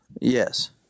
Yes